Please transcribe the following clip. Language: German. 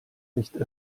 nicht